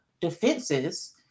defenses